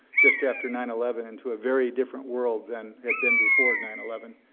just after nine eleven, and to a very different world then had been before nine eleven.